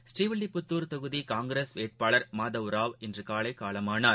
ஸ்ரீவில்லிபுத்தூர் தொகுதிகாங்கிரஸ் வேட்பாளர் மாதவ் ராவ் இன்றுகாலைகாலமானார்